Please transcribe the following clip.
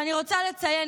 אני רוצה לציין,